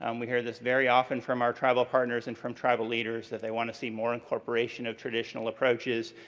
um we hear this very often from our tribal partners and from tribal leaders that they want to see more incorporation of traditional approaches,